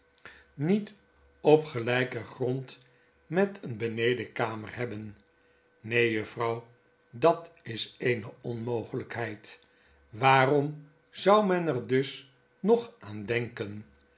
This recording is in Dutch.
niet op gelijken grond met een benedenkamer hebben neen juffrouw dat is eene onmogelgkheid waarom zou men er dus nog aan denken